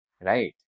Right